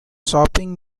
shopping